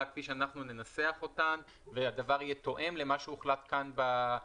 כפי שאנחנו ננסח אותן והדבר יהיה תואם למה שהוחלט כאן בוועדה.